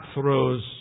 throws